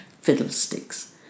Fiddlesticks